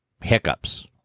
hiccups